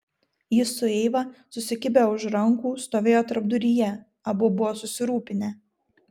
jis su eiva susikibę už rankų stovėjo tarpduryje abu buvo susirūpinę